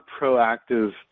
proactive